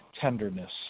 tenderness